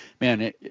man